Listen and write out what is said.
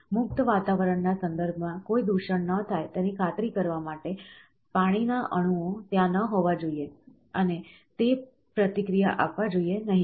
મુક્ત વાતાવરણના સંદર્ભમાં કોઈ દૂષણ ન થાય તેની ખાતરી કરવા માટે પાણીના અણુઓ ત્યાં ન હોવા જોઈએ અને તે પ્રતિક્રિયા આપવા જોઈએ નહીં